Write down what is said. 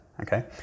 okay